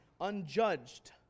unjudged